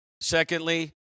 Secondly